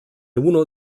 uno